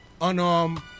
unarmed